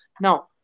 Now